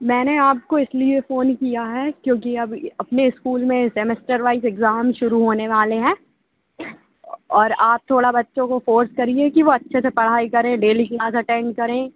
मैंने आपको इसलिए फोन किया है क्योंकि अब अ अपने इस्कूल में सेमेस्टर वाइज एग्जाम शुरू होने वाले हैं और आप थोड़ा बच्चों को फोर्स करिए कि वो अच्छे से पढ़ाई करें डेली क्लास अटेंड करें